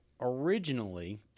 originally